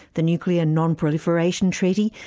the nuclear non-proliferation treaty,